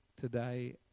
today